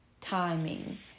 timing